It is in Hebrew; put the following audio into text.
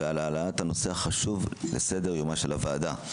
ועל העלאת הנושא החשוב לסדר-יומה של הוועדה.